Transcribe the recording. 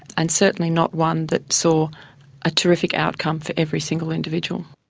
and certainly not one that saw a terrific outcome for every single individual.